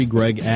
Greg